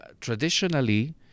traditionally